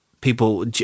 People